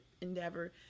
endeavor